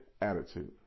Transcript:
attitude